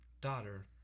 daughter